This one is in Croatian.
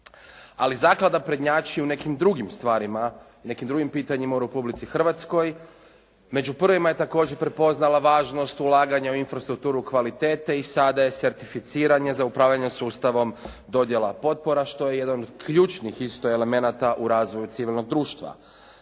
Ali zaklada prednjači u nekim drugim stvarima i nekim drugim pitanjima u Republici Hrvatskoj. Među prvima je također prepoznala važnost ulaganja u infrastrukturu kvalitete i sada je certificiranje za upravljanje sustavom dodjela potpora što je jedan od ključnih isto elemenata u razvoju civilnog društva.